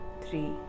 three